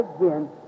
again